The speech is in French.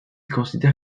considère